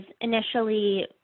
initially